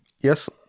Yes